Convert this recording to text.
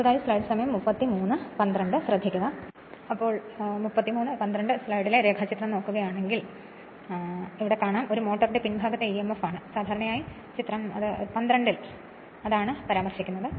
അടുത്തത് ഒരു മോട്ടറിന്റെ പിൻഭാഗത്തെ emf ആണ് സാധാരണയായി ചിത്രം 12 ൽ പരാമർശിക്കുന്നു